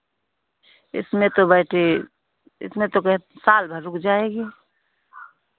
इसमें तो बैट्री इसमें तो साल भर रुक जाएगी